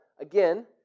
Again